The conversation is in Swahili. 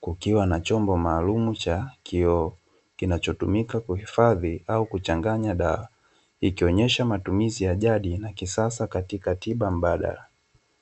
kukiwa na chombo maalumu cha kioo kinachotumika kuihfadhi au kuchanganya dawa, ikionesha matumizi ya jadi na kisasa katika tiba mbadala.